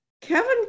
Kevin